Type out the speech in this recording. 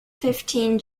fifteen